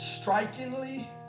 strikingly